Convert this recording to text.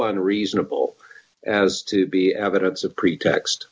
unreasonable as to be evidence of pretext